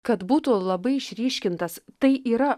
kad būtų labai išryškintas tai yra